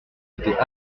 était